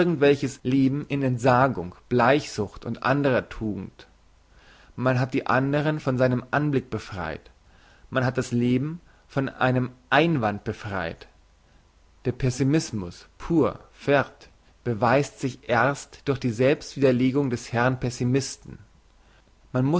welches leben in entsagung bleichsucht und andrer tugend man hat die andern von seinem anblick befreit man hat das leben von einem einwand befreit der pessimismus pur vert beweist sich erst durch die selbst widerlegung der herrn pessimisten